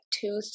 two